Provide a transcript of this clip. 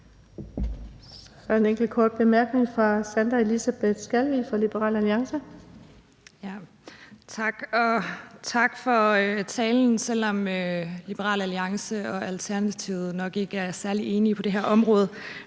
Liberal Alliance. Kl. 16:49 Sandra Elisabeth Skalvig (LA): Tak. Og tak for talen, selv om Liberal Alliance og Alternativet nok ikke er særlig enige på det her område,